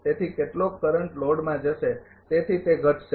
તેથી કેટલોક કરંટ લોડમાં જશે તેથી તે ઘટશે